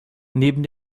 neben